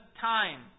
time